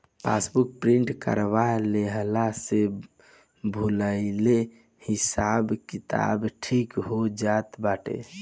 passbook print करवा लेहला से भूलाइलो हिसाब किताब ठीक हो जात बाटे